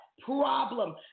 Problem